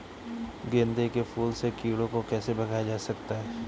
गेंदे के फूल से कीड़ों को कैसे भगाया जा सकता है?